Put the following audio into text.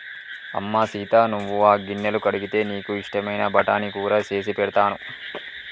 అమ్మ సీత నువ్వు ఆ గిన్నెలు కడిగితే నీకు ఇష్టమైన బఠానీ కూర సేసి పెడతాను